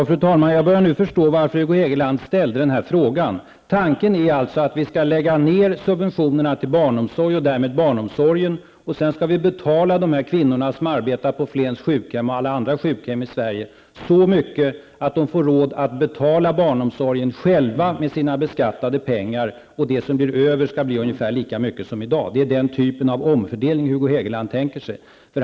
Fru talman! Jag börjar nu förstå varför Hugo Hegeland ställde denna fråga. Tanken är alltså att vi skall dra in subventionerna till barnomsorg och därmed barnomsorgen. Sedan skall vi betala de kvinnor som arbetar på Flens sjukhem och alla andra sjukhem i Sverige så mycket att de får råd att själva betala barnomsorg med sina beskattade pengar. Det som blir över är ungefär lika mycket som i dag. Det är den typen av omfördelning som Hugo Hegeland tänker sig.